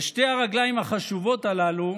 שתי הרגליים החשובות הללו